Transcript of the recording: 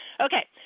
Okay